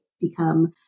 become